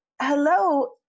hello